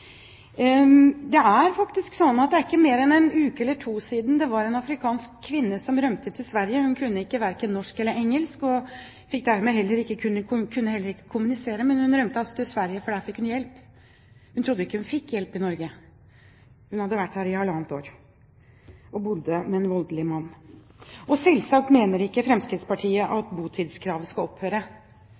Det er faktisk sånn at det ikke er mer enn én uke eller to siden det var en afrikansk kvinne som rømte til Sverige. Hun kunne verken norsk eller engelsk, og kunne dermed heller ikke kommunisere. Men hun rømte altså til Sverige, for der fikk hun hjelp. Hun trodde ikke hun fikk hjelp i Norge. Hun hadde vært her i halvannet år, og bodde med en voldelig mann. Selvsagt mener ikke Fremskrittspartiet at botidskravet skal opphøre.